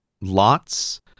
lots